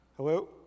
Hello